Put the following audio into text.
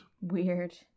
Weird